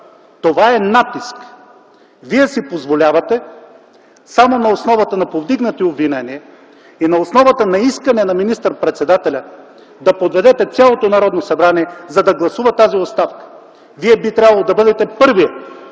Това е натиск! Вие си позволявате само на основата на повдигнати обвинения и на основата на искане на министър-председателя да подведете цялото Народно събрание да гласува тази оставка. Вие би трябвало да бъдете първият,